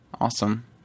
Awesome